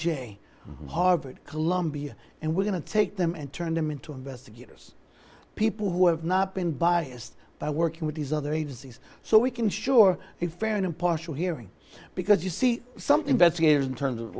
jay harvard columbia and we're going to take them and turn them into investigators people who have not been biased by working with these other agencies so we can sure it fair and impartial hearing because you see something that's here in terms of